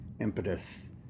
impetus